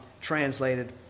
translated